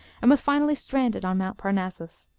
and was finally stranded on mount parnassus.